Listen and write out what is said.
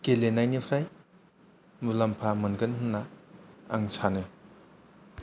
गेलेनायनिफ्राय मुलाम्फा मोनगोन होन्ना आं सानो